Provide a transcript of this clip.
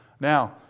Now